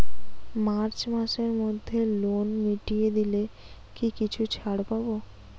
March মাসের মধ্যে loan মিটিয়ে দিলে কি কিছু ছাড় পাব?